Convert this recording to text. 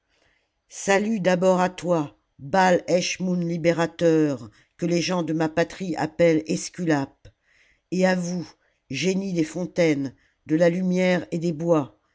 salut d'abord à toi baal eschmoùn libérateur que les gens de ma patrie appellent esculape et à vous génies des fontaines de la lumière et des bois